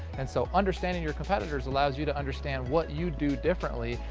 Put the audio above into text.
and so understanding your competitors allows you to understand what you do differently,